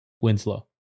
Winslow